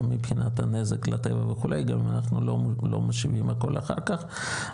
מבחינת הנזק לטבע וכו' גם אם אנחנו לא משיבים הכל אחר כך,